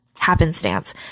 happenstance